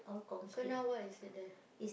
so now what is it there